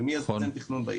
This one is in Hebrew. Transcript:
ומי יוזם תכנון בעיר.